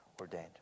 ordained